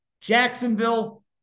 Jacksonville